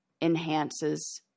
enhances